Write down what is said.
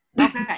Okay